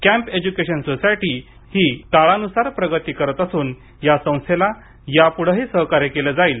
camp education society ही काळान्सार प्रगती करत असून या संस्थेला याप्ढेही सहकार्य केले जाईल